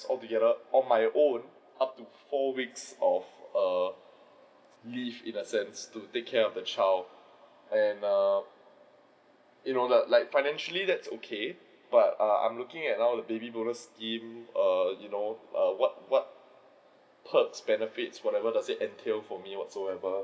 altogether on my own up to four weeks of err leave in a sense to take care of the child and err you know like like financially that's okay but err I'm looking at how the baby bonus scheme err you know err what what perks benefits whatever does it entail for me whatsoever